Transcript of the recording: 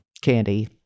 candy